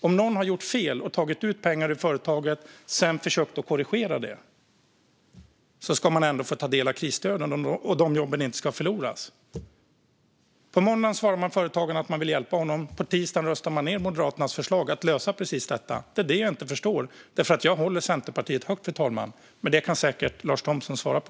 Om någon har gjort fel och tagit ut pengar ur företaget och sedan försökt att korrigera det ska man ändå få ta del av krisstöden, och jobben ska inte gå förlorade. På måndagen svarade Centerpartiet företagaren att man ville hjälpa honom. På tisdagen röstade man ned Moderaternas förslag för att lösa precis detta. Det är det jag inte förstår, fru talman, för jag håller Centerpartiet högt. Men detta kan säkert Lars Thomsson svara på.